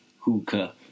Hookah